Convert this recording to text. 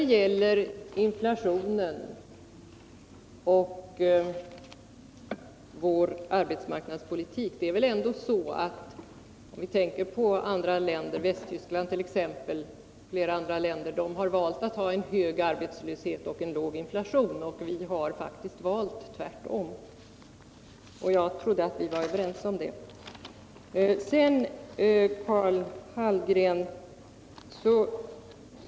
Vad gäller inflationen och vår arbetsmarknadspolitik är det väl ändå så att andra länder, Västtyskland och flera andra, har valt att ha en hög arbetslöshet och låg inflation. Vi har valt tvärtom, och jag trodde att vi var överens om det.